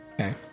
Okay